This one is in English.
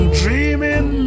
dreaming